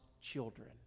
children